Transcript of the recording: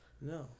No